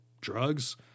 Drugs